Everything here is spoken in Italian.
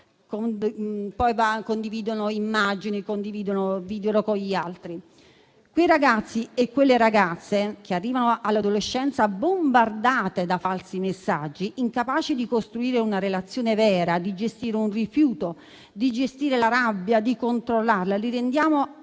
poi condividono immagini e video con gli altri. Quei ragazzi e quelle ragazze che arrivano all'adolescenza bombardati da falsi messaggi, incapaci di costruire una relazione vera, di gestire un rifiuto, di gestire e di controllare la rabbia,